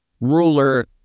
ruler